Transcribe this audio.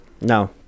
No